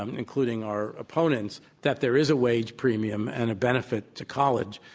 um including our opponents, that there is a wage premium and a benefit to college.